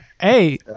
Hey